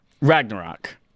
Ragnarok